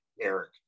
Eric